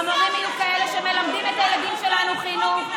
המורים יהיו כאלה שמלמדים את הילדים שלנו חינוך,